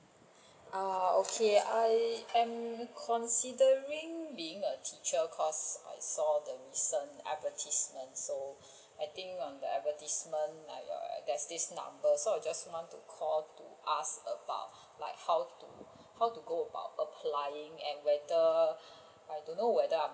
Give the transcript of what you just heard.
ah okay i am considering being a teacher cos' I saw the recent advertisement so I think on the advertisement like err there is this number so I just want to call to ask about like how to how to go about applying and whether I don't know whether I am